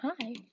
Hi